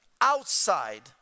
outside